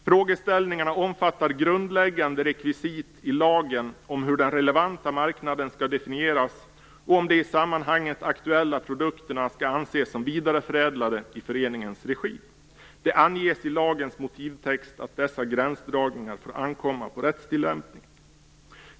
Frågeställningarna omfattar grundläggande rekvisit i lagen om hur den relevanta marknaden skall definieras och om de i sammanhanget aktuella produkterna skall anses som vidareförädlade i föreningens regi. Det anges i lagens motivtext att dessa gränsdragningar får ankomma på rättstillämpningen.